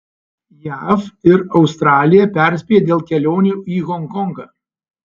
jav ir australija perspėja dėl kelionių į honkongą